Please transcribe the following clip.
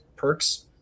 perks